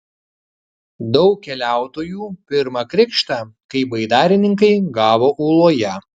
daug keliautojų pirmą krikštą kaip baidarininkai gavo ūloje